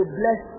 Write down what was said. bless